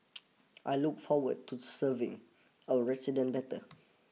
I look forward to serving our resident better